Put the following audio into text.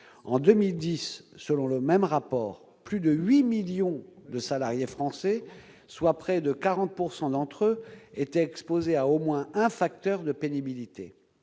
». Selon ce même rapport, en 2010, plus de 8 millions de salariés français, soit près de 40 % du total, étaient exposés à au moins un facteur de pénibilité,